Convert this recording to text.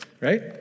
right